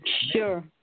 Sure